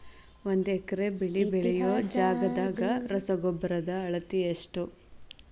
ಒಂದ್ ಎಕರೆ ಬೆಳೆ ಬೆಳಿಯೋ ಜಗದಾಗ ರಸಗೊಬ್ಬರದ ಅಳತಿ ಎಷ್ಟು?